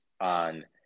on